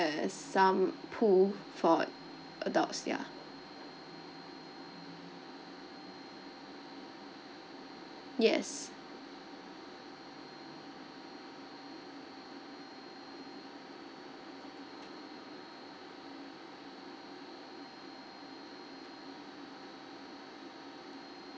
as some pool for adults ya yes